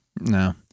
No